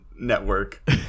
network